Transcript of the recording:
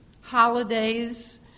holidays